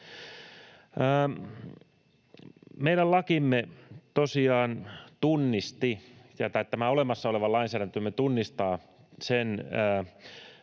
Meidän lakimme tosiaan tunnisti tai tämä olemassa oleva lainsäädäntömme tunnistaa ne